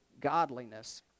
godliness